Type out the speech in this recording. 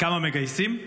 כמה מגייסים,